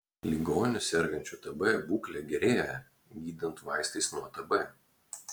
ligonių sergančių tb būklė gerėja gydant vaistais nuo tb